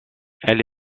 elle